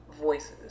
voices